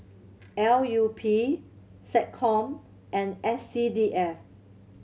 L U P SecCom and S C D F